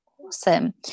awesome